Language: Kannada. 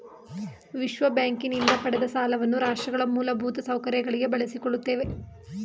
ವಿಶ್ವಬ್ಯಾಂಕಿನಿಂದ ಪಡೆದ ಸಾಲವನ್ನ ರಾಷ್ಟ್ರಗಳ ಮೂಲಭೂತ ಸೌಕರ್ಯಗಳಿಗೆ ಬಳಸಿಕೊಳ್ಳುತ್ತೇವೆ